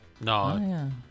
No